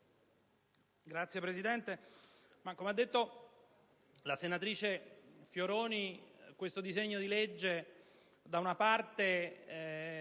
Signor Presidente, come ha detto la senatrice Fioroni, questo disegno di legge da una parte